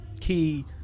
key